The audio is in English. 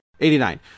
89